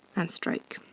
and stroke.